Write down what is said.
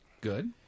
Good